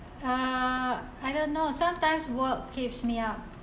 uh I don't know sometimes work keeps me up